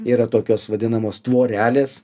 yra tokios vadinamos tvorelės